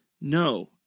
no